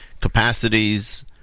capacities